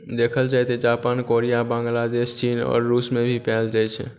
देखल जाय तऽ जापान कोरिया बांग्लादेश चीन आओर रूसमे भी पयल जाइत छै